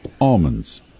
almonds